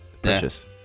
Precious